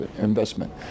investment